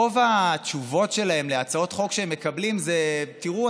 רוב התשובות שלהם על הצעות חוק שהם מקבלים: תראו,